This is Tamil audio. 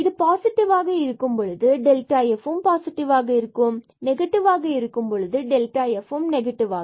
இது பாசிடிவ்வாக இருக்கும் பொழுது f பாசிட்டிவாக இருக்கும் நெகட்டிவ்வாக இருக்கும் பொழுது f நெகடிவ்